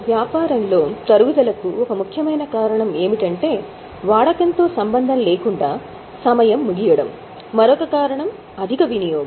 కాబట్టి తరుగుదలకు ఒక ముఖ్యమైన కారణం ఏమిటంటే వాడకంతో సంబంధం లేకుండా సమయం ముగియడం మరొక కారణం అధిక వినియోగం